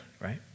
right